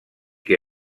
que